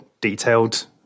detailed